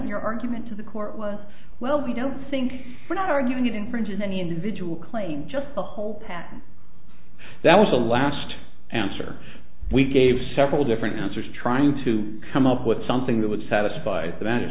your argument to the court was well we don't think we're not arguing it infringes any individual claim just the whole package that was the last answer we gave several different answers trying to come up with something that would satisfy the